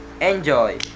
enjoy